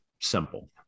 Simple